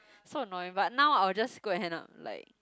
so annoying but now I'll just go and hand up like